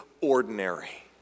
ordinary